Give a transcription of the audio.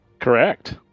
Correct